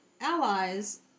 Allies